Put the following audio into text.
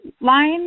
line